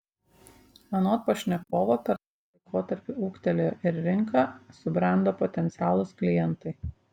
anot pašnekovo per tą laikotarpį ūgtelėjo ir rinka subrendo potencialūs klientai